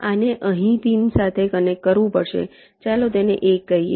આને અહીં પિન સાથે કનેક્ટ કરવું પડશે ચાલો તેને 1 કહીએ